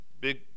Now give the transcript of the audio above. big